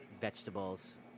vegetables